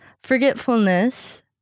Forgetfulness